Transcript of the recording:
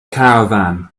caravan